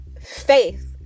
faith